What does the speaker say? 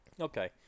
Okay